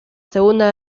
segunda